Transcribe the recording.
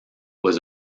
was